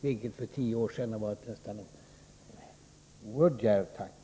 vilket för tio år sedan hade varit en oerhört djärv tanke.